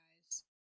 guys